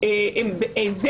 אם כן,